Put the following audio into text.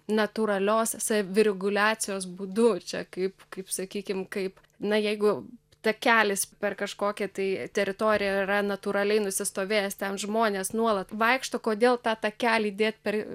natūralios savireguliacijos būdu čia kaip kaip sakykim kaip na jeigu takelis per kažkokią tai teritoriją yra natūraliai nusistovėjęs ten žmonės nuolat vaikšto kodėl tą takelį dėt per